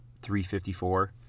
354